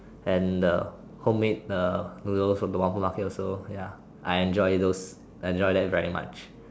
and the homemade uh noodles of the Whampoa market also ya I enjoy those I enjoy that very much